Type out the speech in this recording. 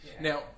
now